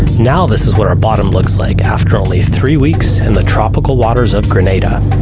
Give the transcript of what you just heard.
now, this is what our bottom looks like after only three weeks in the tropical waters of grenada.